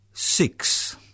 Six